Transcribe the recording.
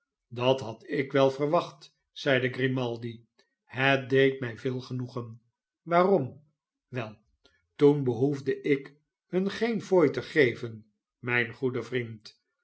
dat had ik wel verwacht zeide grimaldi het deed mij veel genoegen waarom wel toen behoefde ik hun geen fooi te geven mijn goede vriend